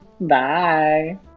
bye